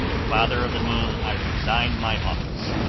father of the moon, i resign my office.